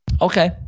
Okay